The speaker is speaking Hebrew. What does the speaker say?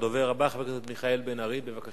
הדובר הבא, חבר הכנסת מיכאל בן-ארי, בבקשה.